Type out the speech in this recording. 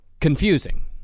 confusing